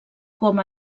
com